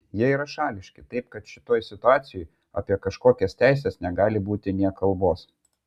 jie yra šališki taip kad šitoj situacijoj apie kažkokias teises negali būti nė kalbos